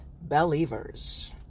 believers